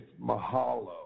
mahalo